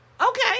Okay